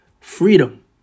Freedom